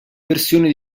versioni